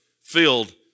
filled